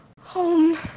Home